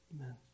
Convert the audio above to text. Amen